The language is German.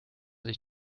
sich